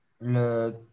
Le